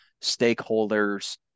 stakeholders